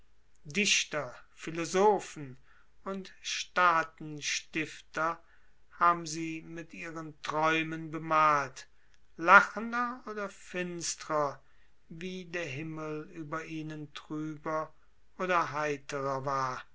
dichter philosophen und staatenstifter haben sie mit ihren träumen bemalt lachender oder finstrer wie der himmel über ihnen trüber oder heiterer war